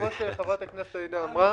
כמו שחברת הכנסת עאידה אמרה,